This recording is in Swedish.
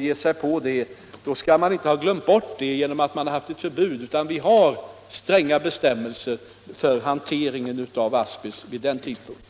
ge sig på att riva det, då skall man inte ha glömt bort asbestfaran därför att man har haft ett förbud. Tvärtom skall det finnas stränga bestämmelser för hanteringen av asbest vid den tidpunkten.